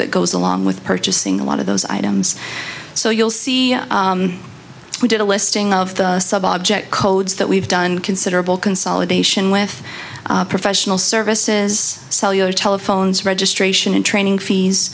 that goes along with purchasing a lot of those items so you'll see we did a listing of the sub object codes that we've done considerable consolidation with professional services cellular telephones registration and training fees